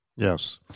Yes